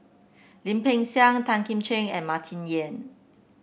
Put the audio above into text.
Lim Peng Siang Tan Kim Ching and Martin Yan